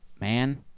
Man